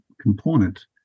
component